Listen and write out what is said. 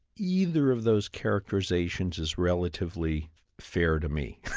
either of those characterisations is relatively fair to me.